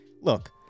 look